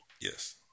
Yes